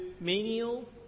menial